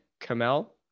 Kamel